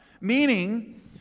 Meaning